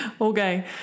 okay